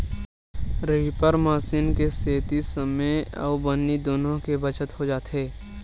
reaper machine के सेती समे अउ बनी दुनो के बचत हो जाथे